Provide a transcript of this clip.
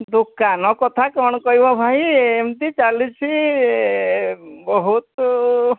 ଦୋକାନ କଥା କ'ଣ କହିବ ଭାଇ ଏମିତି ଚାଲିଛି ବହୁତ